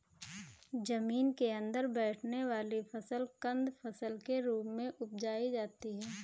जमीन के अंदर बैठने वाली फसल कंद फसल के रूप में उपजायी जाती है